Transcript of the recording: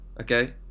Okay